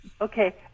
Okay